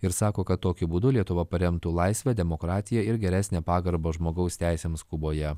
ir sako kad tokiu būdu lietuva paremtų laisvę demokratiją ir geresnę pagarbą žmogaus teisėms kuboje